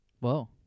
Wow